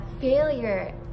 failure